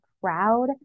proud